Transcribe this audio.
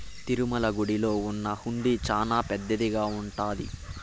తిరుమల గుడిలో ఉన్న హుండీ చానా పెద్దదిగా ఉంటాది